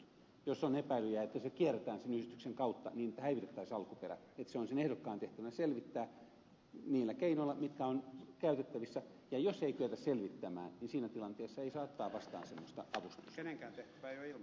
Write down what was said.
jos on epäilyjä että raha kierrätetään sen yhdistyksen kautta niin että häivytetään sen alkuperä on ehdokkaan tehtävä selvittää tämä niillä keinoilla mitkä ovat käytettävissä ja jos ei kyetä selvittämään niin siinä tilanteessa ei saa ottaa vastaan semmoista avustusta